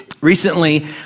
Recently